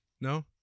No